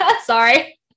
Sorry